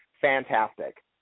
fantastic